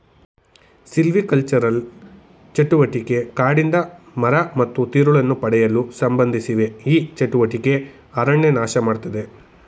silvicultural ಚಟುವಟಿಕೆ ಕಾಡಿಂದ ಮರ ಮತ್ತು ತಿರುಳನ್ನು ಪಡೆಯಲು ಸಂಬಂಧಿಸಿವೆ ಈ ಚಟುವಟಿಕೆ ಅರಣ್ಯ ನಾಶಮಾಡ್ತದೆ